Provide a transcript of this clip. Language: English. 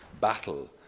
battle